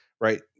right